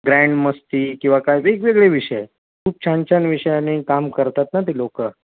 grand Masti किंवा काय वेगवेगळे विषय खूप छान छान विषयाने काम करतात ना ते लोकं